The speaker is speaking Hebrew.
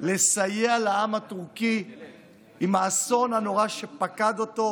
לסייע לעם הטורקי עם האסון הנורא שפקד אותו,